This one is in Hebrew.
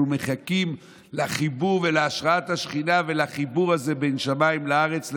אנחנו מחכים לחיבור ולהשארת השכינה ולחיבור הזה בין שמיים וארץ,